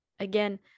Again